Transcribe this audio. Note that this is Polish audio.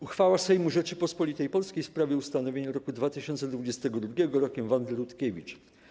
Uchwała Sejmu Rzeczypospolitej Polskiej w sprawie ustanowienia roku 2022 Rokiem Wandy Rutkiewicz.